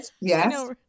yes